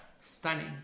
stunning